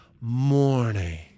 morning